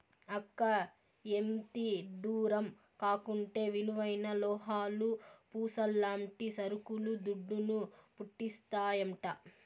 అక్కా, ఎంతిడ్డూరం కాకుంటే విలువైన లోహాలు, పూసల్లాంటి సరుకులు దుడ్డును, పుట్టిస్తాయంట